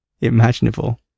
imaginable